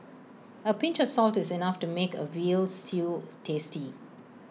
A pinch of salt is enough to make A Veal Stew tasty